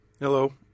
Hello